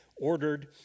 ordered